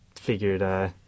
Figured